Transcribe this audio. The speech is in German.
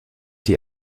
die